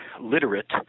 literate